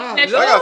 לא.